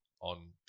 on